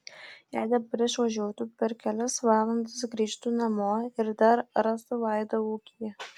jei dabar išvažiuotų per kelias valandas grįžtų namo ir dar rastų vaidą ūkyje